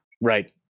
Right